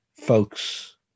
folks